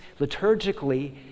liturgically